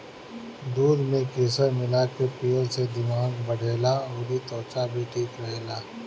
दूध में केसर मिला के पियला से दिमाग बढ़ेला अउरी त्वचा भी ठीक रहेला